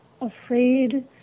afraid